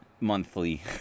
monthly